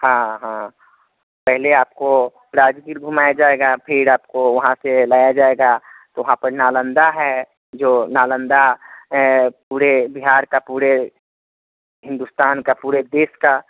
हाँ हाँ पहेले आपको राजगीर घुमाया जाएगा फिर आपको वहाँ से लाया जाएगा तो वहाँ पर नालंदा है जो नालंदा पूरे बिहार का पूरे हिन्दुस्तान का पूरे देश का